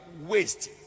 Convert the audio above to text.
waste